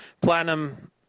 Platinum